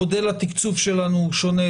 מודל התקצוב שלנו שונה,